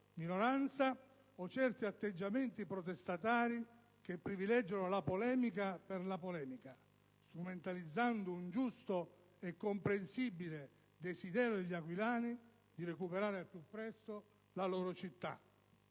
ieri, o certi atteggiamenti protestatari che privilegiano la polemica per la polemica, strumentalizzando un giusto e comprensibile desiderio degli aquilani di recuperare al più presto la loro città.